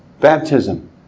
Baptism